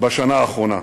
בשנה האחרונה.